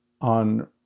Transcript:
on